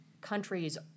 countries